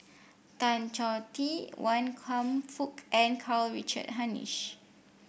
Tan Choh Tee Wan Kam Fook and Karl Richard Hanitsch